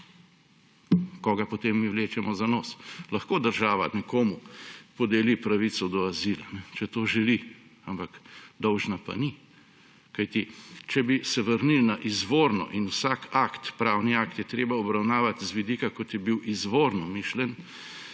Koga potem mi vlečemo za nos? Lahko država nekomu podeli pravico do azila, če to želi, ampak dolžna pa ni. Kajti če bi se vrnil na izvorno – in vsak pravni akt je treba obravnavati z vidika, kot je bil izvorno mišljen